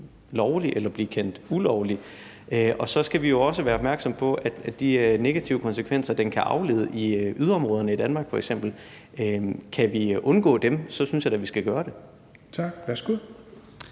lovlig eller vil blive kendt ulovlig. Så skal vi jo også være opmærksomme på de afledte negative konsekvenser, der kan være for f.eks. yderområderne i Danmark. Kan vi undgå dem, synes jeg da, at vi skal gøre det. Kl.